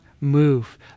move